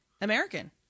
American